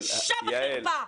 בושה, בושה וחרפה.